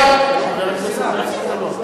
חבר הכנסת אלכס מילר.